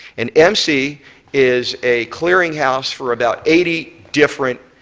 and emsi is a clearinghouse for about eighty different